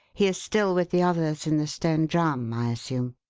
he is still with the others in the stone drum, i assume.